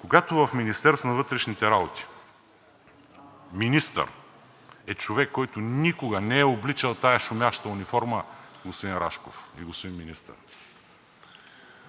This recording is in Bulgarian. когато в Министерството на вътрешните работи министър е човек, който никога не е обличал тази шумяща униформа, господин Рашков и господин Министър,